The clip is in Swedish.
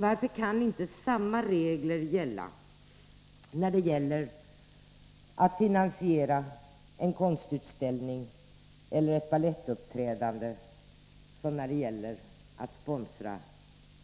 Varför kan inte samma regler gälla i fråga om att finansiera en konstutställning eller ett balettuppträdande som i fråga om att sponsra